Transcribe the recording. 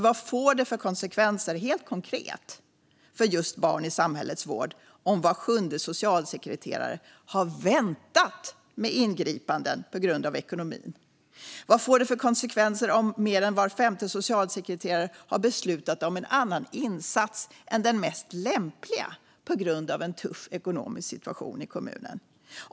Vad får det för konsekvenser, helt konkret, för just barn i samhällets vård om var sjunde socialsekreterare har väntat med ingripanden på grund av ekonomin? Vad får det för konsekvenser om mer än var femte socialsekreterare har beslutat om en annan insats än den mest lämpliga på grund av en tuff ekonomisk situation i kommunen?